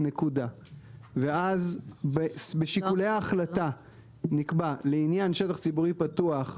ואז בשיקולי ההחלטה נקבע לעניין שטח ציבורי פתוח,